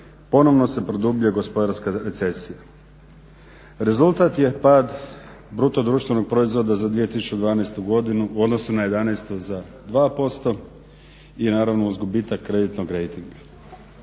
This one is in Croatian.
ponovno se produbljuje gospodarska recesija. Rezultat je pad BDP-a za 2012. godinu u odnosu na 2011. za 2% i naravno uz gubitak kreditnog rejtinga.